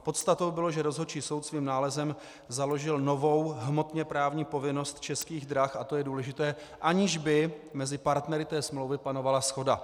Podstatou bylo, že rozhodčí soud svým nálezem založil novou hmotněprávní povinnost Českých drah, a to je důležité, aniž by mezi partnery té smlouvy panovala shoda.